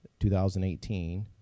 2018